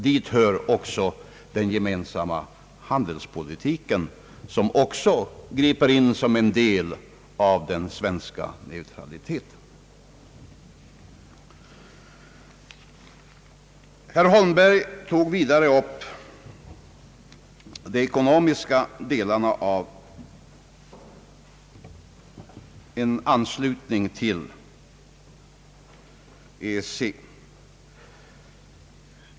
Dit hör den gemensamma handelspolitiken, som också griper in som en del av den svenska neutraliteten. Herr Holmberg tog vidare upp de ekonomiska aspekterna av en anslutning till EEC.